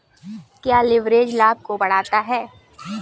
क्या लिवरेज लाभ को बढ़ाता है?